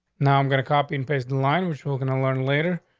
now i'm gonna copy and paste the line, which we're going to learn later.